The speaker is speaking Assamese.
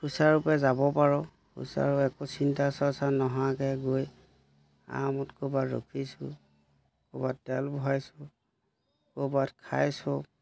সুচাৰুৰূপে যাব পাৰোঁ একো চিন্তা চৰ্চা নোহোৱাকৈ গৈ আৰামত ক'ৰবাত ৰখিছোঁ ক'ৰবাত তেল ভৰাইছোঁ ক'ৰবাত খাইছোঁ